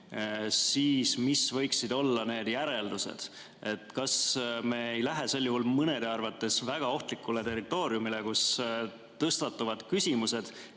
siis mis võiksid olla järeldused? Kas me ei lähe sel juhul mõnede arvates väga ohtlikule territooriumile, kus tõstatuvad küsimused,